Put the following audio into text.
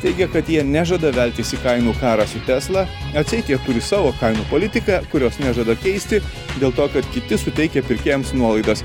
teigė kad jie nežada veltis į kainų karą su tesla atseit jie turi savo kainų politiką kurios nežada keisti dėl to kad kiti suteikia pirkėjams nuolaidas